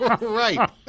Right